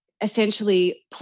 essentially